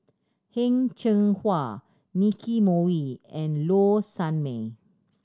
Heng Cheng Hwa Nicky Moey and Low Sanmay